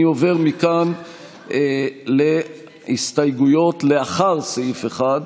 אני עובר מכאן להסתייגויות אחרי סעיף 1,